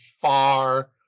far